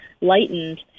lightened